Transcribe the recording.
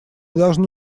должны